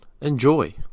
enjoy